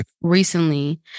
recently